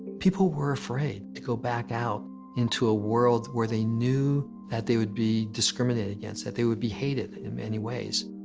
people were afraid to go back out into a world where they knew that they would be discriminated against, that they would be hated, in many ways.